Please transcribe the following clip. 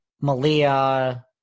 Malia